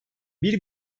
bir